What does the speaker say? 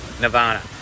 Nirvana